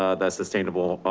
ah that sustainable,